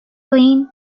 plane